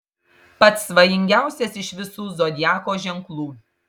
pats svajingiausias iš visų zodiako ženklų